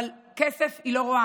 אבל כסף היא לא רואה.